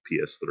PS3